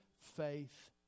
faith